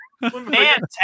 Fantastic